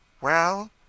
Well